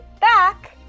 back